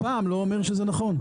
וזה שהיה כתוב פעם לא אומר שזה נכון.